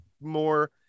more